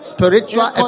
Spiritual